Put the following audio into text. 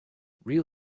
real